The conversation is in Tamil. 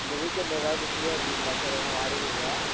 இந்த வீகென்ட் ஏதாவது ஃப்ரீயாக இருக்கீங்களா சார் எதுனா வாடகை இருக்கா